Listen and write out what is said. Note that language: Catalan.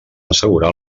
assegurar